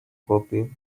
copy